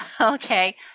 Okay